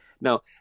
Now